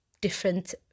different